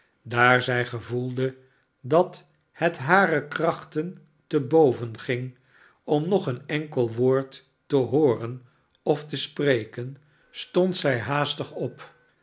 daar zij gevoelde dat het hare krachten te boven ging om nog een enkel woord te hooren of te spreken stond zij haastig op